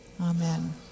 Amen